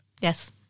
Yes